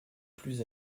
plus